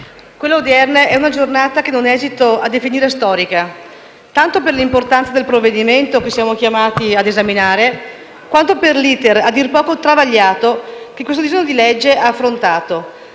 quella odierna è una giornata che non esito a definire storica, tanto per l'importanza del provvedimento che siamo chiamati ad esaminare, quanto per l'*iter*, a dir poco travagliato, che questo disegno di legge ha affrontato,